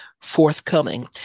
forthcoming